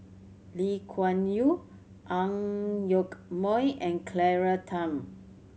Lee Kuan Yew Ang Yoke Mooi and Claire Tham